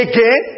Again